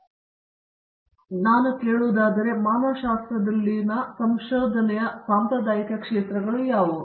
ಆದ್ದರಿಂದ ನಮಗೆ ಹೇಳುವುದಾದರೆ ಮಾನವಶಾಸ್ತ್ರದ ಸಂಶೋಧನೆಯ ಸಾಂಪ್ರದಾಯಿಕ ಪ್ರದೇಶಗಳು ಯಾವುವು